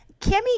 Kimmy